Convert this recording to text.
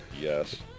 Yes